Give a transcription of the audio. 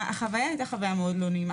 החוויה היתה מאוד לא נעימה.